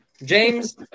James